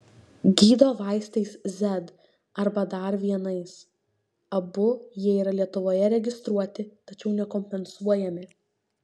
gydo vaistais z arba dar vienais abu jie yra lietuvoje registruoti tačiau nekompensuojami